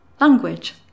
language